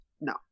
no